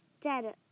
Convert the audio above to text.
dead